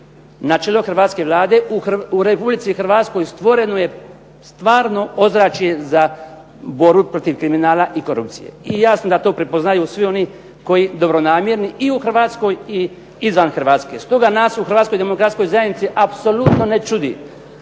na čelo hrvatske Vlade u Republici Hrvatskoj stvoreno je stvarno ozračje za borbu protiv kriminala i korupcije i jasno da to prepoznaju svi oni dobronamjerni i u Hrvatskoj i izvan Hrvatske. Stoga nas u Hrvatskoj demokratskoj zajednici apsolutno ne čudi